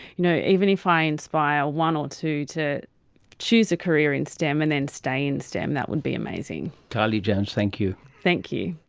you know, even if i inspire one or two to choose a career in stem and then stay in stem, that would be amazing. kylie jones, thank you. thank you.